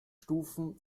stufen